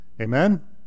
Amen